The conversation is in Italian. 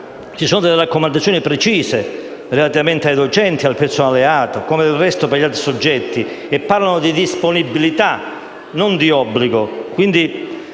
ci sono delle raccomandazioni precise relativamente ai docenti e al personale ATA (come del resto per gli altri soggetti), che parlano di disponibilità e non di obbligo.